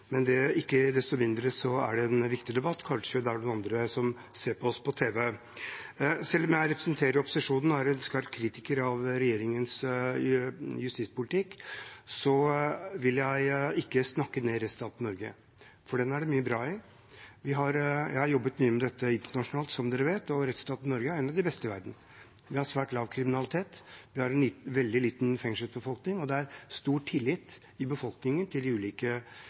men ikke desto mindre er det en viktig debatt – og kanskje er det noen som ser oss på tv. Selv om jeg representerer opposisjonen og er en skarp kritiker av regjeringens justispolitikk, vil jeg ikke snakke ned rettsstaten Norge, for den er det mye bra med. Jeg har jobbet mye med dette internasjonalt, som dere vet, og rettsstaten Norge er én av de beste i verden. Vi har svært lav kriminalitet, vi har en veldig liten fengselsbefolkning, og det er stor tillit i befolkningen til de ulike